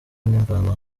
n’imvano